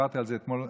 דיברתי על זה אתמול,